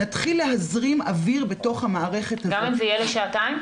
נתחיל להזרים אוויר בתוך המערכת הזאת.